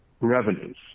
revenues